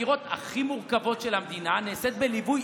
החקירות הכי מורכבות של המדינה נעשות בליווי